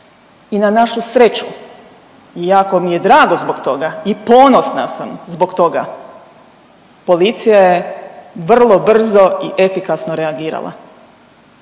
i na našu sreću i jako mi je drago zbog toga i ponosna sam zbog toga. Policija je vrlo brzo i efikasno reagirala,